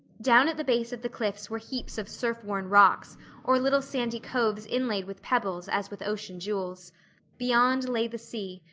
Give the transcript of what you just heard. down at the base of the cliffs were heaps of surf-worn rocks or little sandy coves inlaid with pebbles as with ocean jewels beyond lay the sea,